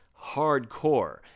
hardcore